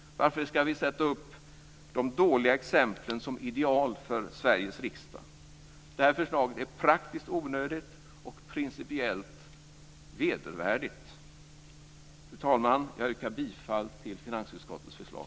Varför ska vi sätta upp de dåliga exemplen som ideal för Sveriges riksdag? Det här förslaget är praktiskt onödigt och principiellt vedervärdigt. Fru talman! Jag yrkar bifall till finansutskottets förslag.